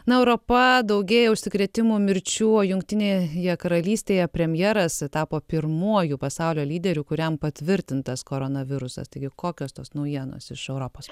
na europa daugėja užsikrėtimų mirčių jungtinėje karalystėje premjeras tapo pirmuoju pasaulio lyderiu kuriam patvirtintas koronavirusas taigi kokios tos naujienos iš europos